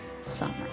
summer